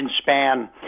span